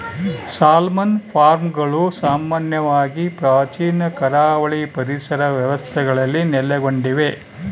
salmon ಫಾರ್ಮ್ಗಳು ಸಾಮಾನ್ಯವಾಗಿ ಪ್ರಾಚೀನ ಕರಾವಳಿ ಪರಿಸರ ವ್ಯವಸ್ಥೆಗಳಲ್ಲಿ ನೆಲೆಗೊಂಡಿವೆ